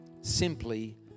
simply